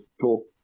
talk